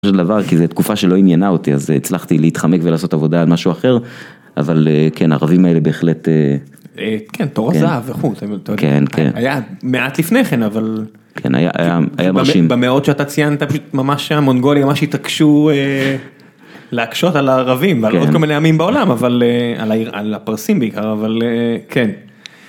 דבר, כי זו תקופה שלא עניינה אותי אז הצלחתי להתחמק ולעשות עבודה על משהו אחר אבל כן ערבים האלה בהחלט. כן, תור הזהב וכו', היה מעט לפני כן אבל. כן היה אנשים במאות שאתה ציינת ממש היה המונגולים ממש התעקשו להקשות על הערבים ועל עוד כל מיני עמים בעולם אבל על הפרסים בעיקר אבל כן.